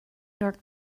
york